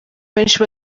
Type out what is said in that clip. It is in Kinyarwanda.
abenshi